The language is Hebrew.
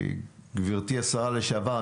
גברתי השרה לשעבר,